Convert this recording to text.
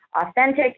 authentic